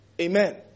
Amen